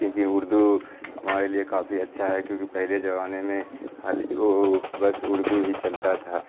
کیونکہ اردو ہمارے لیے کافی اچھا ہے کیونکہ پہلے زمانے میں حال وہ بس اردو ہی چلتا تھا